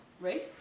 right